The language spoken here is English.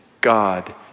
God